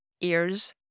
ears